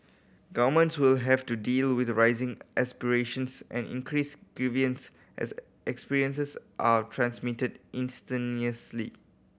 governments will have to deal with rising aspirations and increased grievance as experiences are transmitted instantaneously